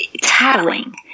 tattling